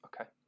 Okay